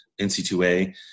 NC2A